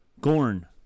Gorn